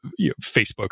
facebook